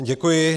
Děkuji.